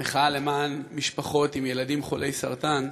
מחאה למען משפחות עם ילדים חולי סרטן,